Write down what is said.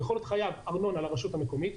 יכול להיות חייב ארנונה לרשות המקומית,